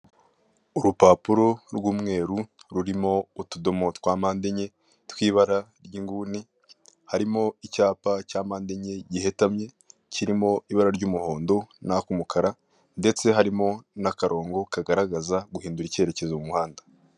Uruparo rw'umweru rurimo utudomo twa mande enye tw'ibara ry'inguni, harimo icyapa cya mande enye gihetamye, kirimo ibara ry'umuhondo n'akumukara ndetse harimo n'akarongo kagaragaza guhindura ikerekezo mu muhanda.